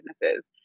businesses